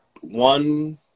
one